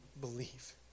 believe